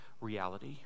reality